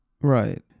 right